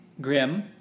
Grim